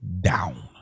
down